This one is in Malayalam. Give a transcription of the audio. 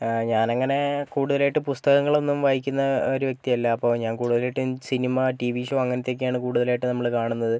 ഞാൻ അങ്ങനെ കൂടുതലായിട്ട് പുസ്തകങ്ങൾ ഒന്നും വായിക്കുന്ന ഒരു വ്യക്തിയല്ല അപ്പോൾ ഞാൻ കൂടുതലായിട്ടും സിനിമ ടി വി ഷോ അങ്ങനത്തെയൊക്കെയാണ് കൂടുതലായിട്ടും നമ്മൾ കാണുന്നത്